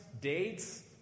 dates